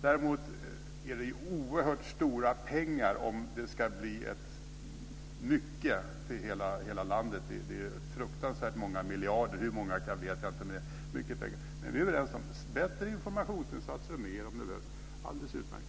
Däremot gäller det oerhört stora pengar om det ska bli mycket av det här i hela landet. Det är fruktansvärt många miljarder. Hur många vet jag inte, men det är mycket pengar. Vi är i alla fall helt överens om att vi ska ha bättre informationsinsatser, och även fler informationsinsatser om det behövs. Det är alldeles utmärkt!